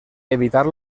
evitar